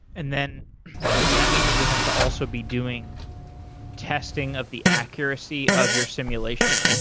and then does that mean that you have to also be doing testing of the accuracy of your simulation?